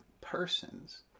persons